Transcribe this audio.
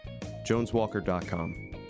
Joneswalker.com